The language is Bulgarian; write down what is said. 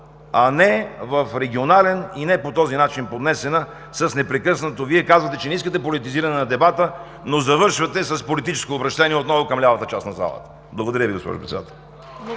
а не в регионален и не поднесена по този начин – казвате, че не искате политизиране на дебата, но завършвате с политическо обръщение отново към лявата част на залата. Благодаря Ви, госпожо Председател.